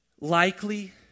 likely